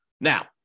Now